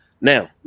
Now